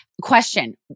Question